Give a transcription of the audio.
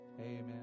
Amen